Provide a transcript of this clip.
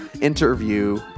interview